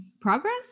progress